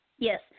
Yes